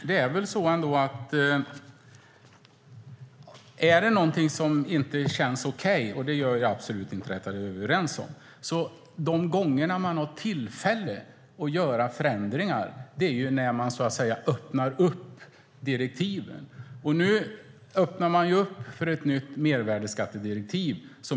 Fru talman! Vi är överens om att detta inte känns okej, och de gånger man har tillfälle att göra förändringar är när man öppnar upp direktiven. Nu öppnar man upp för ett nytt mervärdesskattedirektiv.